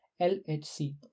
LHC